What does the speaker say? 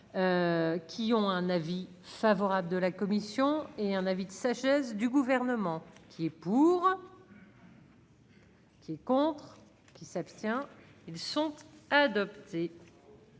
qui ont un avis favorable de la commission et un avis de sa chaise du gouvernement qui est pour. Qui contrôle. Qui s'abstient ils sont adoptés.